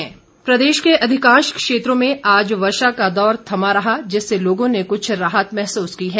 मौसम प्रदेश के अधिकांश क्षेत्रों में आज वर्षा का दौर थमा रहा जिससे लोगों ने कुछ राहत महसूस की है